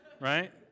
right